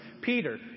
Peter